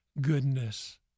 goodness